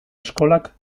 eskolak